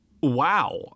wow